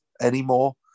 anymore